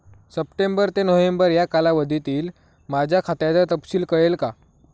September ते November या कालावधीतील माझ्या खात्याचा तपशील कळेल का?